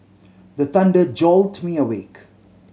the thunder jolt me awake